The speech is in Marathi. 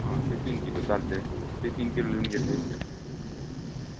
हा ते तीन किलो चालतंय ते तीन किलो लिहून घेतले